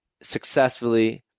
successfully